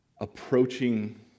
approaching